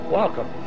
welcome